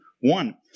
one